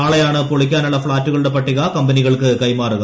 നാളെയാണ് പൊളിക്കാനുള്ള ഫ്ളാറ്റുകളുടെ പട്ടിക കമ്പനികൾക്ക് കൈമാറുക